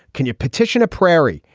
can you petition a prairie.